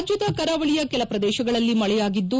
ರಾಜ್ವದ ಕರಾವಳಿಯ ಕೆಲ ಪ್ರದೇತಗಳಲ್ಲಿ ಮಳೆಯಾಗಿದ್ದು